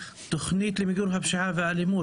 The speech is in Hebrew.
קודם כל אני מצטרף לברכות לחסאן ולצוות המשרד.